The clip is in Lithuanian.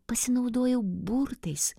pasinaudojau burtais